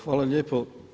Hvala lijepo.